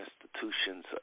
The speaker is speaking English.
institutions